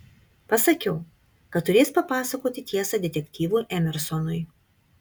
pasakiau kad turės papasakoti tiesą detektyvui emersonui